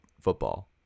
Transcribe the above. football